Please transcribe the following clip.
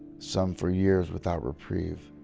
some for years without reprieve.